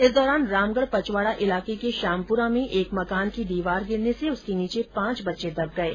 इस दौरान रामगढ़ पचवाडा इलाके के श्यामपुरा में एक मकान की दीवार गिरने से उसके नीचे पांच बच्चे दब गये